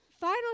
Final